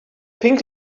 pink